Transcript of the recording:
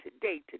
today